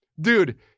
dude